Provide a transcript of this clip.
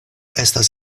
estas